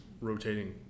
rotating